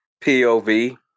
POV